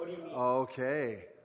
Okay